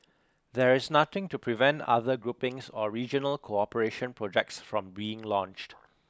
there is nothing to prevent other groupings or regional cooperation projects from being launched